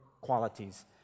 qualities